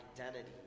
identity